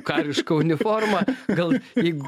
karišką uniformą gal jeigu